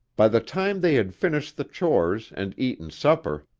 by the time they had finished the chores and eaten supper,